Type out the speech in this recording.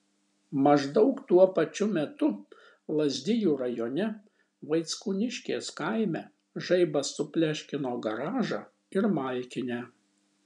maždaug tuo pačiu metu lazdijų rajone vaickūniškės kaime žaibas supleškino garažą ir malkinę